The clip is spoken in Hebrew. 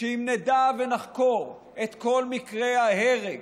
שאם נדע ונחקור את כל מקרי ההרג,